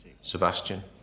sebastian